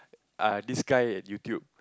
err this guy and YouTube